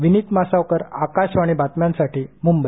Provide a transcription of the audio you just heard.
विनीत मासावकार आकशवाणी बातम्यांसाठी मुंबई